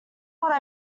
what